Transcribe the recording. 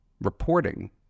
reporting